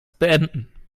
beenden